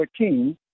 14